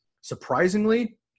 Surprisingly